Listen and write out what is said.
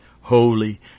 holy